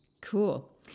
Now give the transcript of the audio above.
Cool